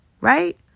right